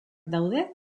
daude